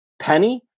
Penny